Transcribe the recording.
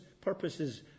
purposes